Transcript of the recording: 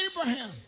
Abraham